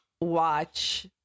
watch